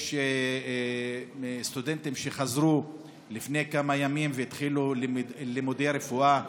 יש סטודנטים שחזרו לפני כמה ימים והתחילו לימודי רפואה